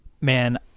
man